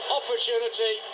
opportunity